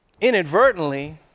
inadvertently